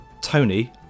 Tony